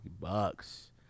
Bucks